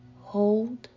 hold